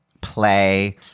Play